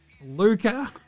Luca